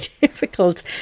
difficult